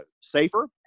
safer